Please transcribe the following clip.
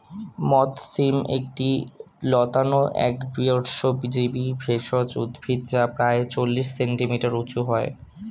মথ শিম একটি লতানো একবর্ষজীবি ভেষজ উদ্ভিদ যা প্রায় চল্লিশ সেন্টিমিটার উঁচু হয়